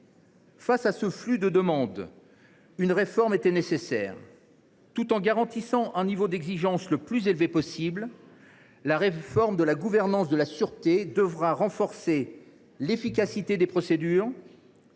Face à ce flux de demandes, une réforme était nécessaire. Tout en garantissant un niveau d’exigence le plus élevé possible, la réforme de la gouvernance de la sûreté devra renforcer l’efficacité des procédures,